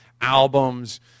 albums